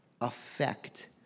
affect